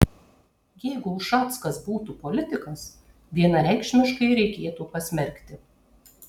jeigu ušackas būtų politikas vienareikšmiškai reikėtų pasmerkti